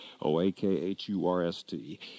O-A-K-H-U-R-S-T